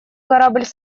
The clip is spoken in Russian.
корабль